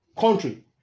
country